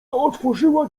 otworzyła